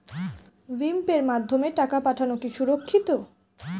ভিম পের মাধ্যমে টাকা পাঠানো কি সুরক্ষিত?